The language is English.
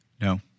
No